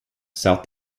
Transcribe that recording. south